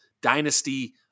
dynasty